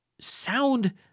sound